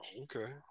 Okay